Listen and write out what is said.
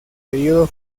período